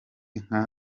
nka